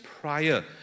prior